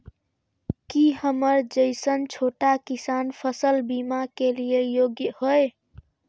की हमर जैसन छोटा किसान फसल बीमा के लिये योग्य हय?